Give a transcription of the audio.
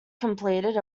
completed